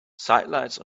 sidelights